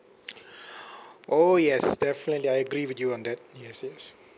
orh yes definitely I agree with you on that yes yes